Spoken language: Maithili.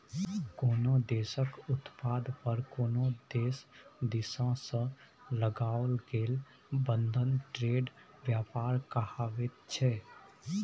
कोनो देशक उत्पाद पर कोनो देश दिससँ लगाओल गेल बंधन ट्रेड व्यापार कहाबैत छै